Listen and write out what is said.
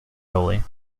goalie